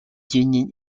union